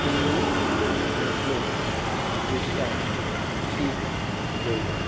Hindu Muslim খ্রিস্টান শিখ জৈন